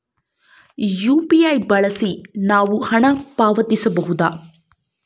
UPI ಬಳಸಿ ನಾವು ಹಣ ಪಾವತಿಸಬಹುದಾ?